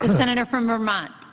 senator from vermont.